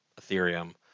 Ethereum